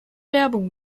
werbung